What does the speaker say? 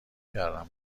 کردم